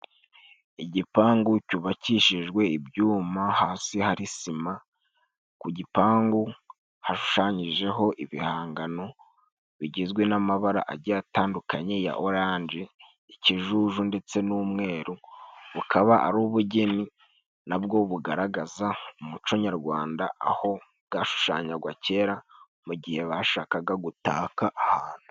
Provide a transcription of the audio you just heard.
Igipangu cyubakishijwe ibyuma hasi hari sima, ku gipangu hashushanyijeho ibihangano bigizwe n'amabara agiye atandukanye ya oranje, ikijuju ndetse n'umweru, bukaba ari ubugeni na bwo bugaragaza umuco nyarwanda, aho bwashushanywaga kera mu gihe bashakaga gutaka ahantu.